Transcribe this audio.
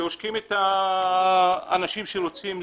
שעושקים את האנשים שרוצים לבנות.